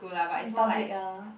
in public ah